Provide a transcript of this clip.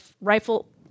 Rifle